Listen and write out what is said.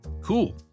Cool